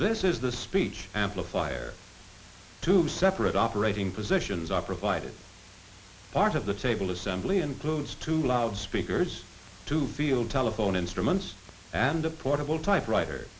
this is the speech amplifier two separate operating positions are provided part of the table assembly includes two loud speakers to field telephone instruments and a portable typewriter